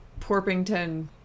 Porpington